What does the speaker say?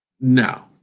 No